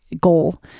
goal